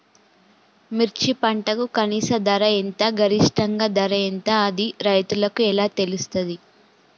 మిర్చి పంటకు కనీస ధర ఎంత గరిష్టంగా ధర ఎంత అది రైతులకు ఎలా తెలుస్తది?